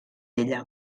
ella